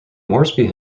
moresby